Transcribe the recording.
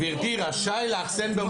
גברתי, רשאי לאפסן במועדון.